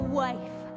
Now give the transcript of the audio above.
wife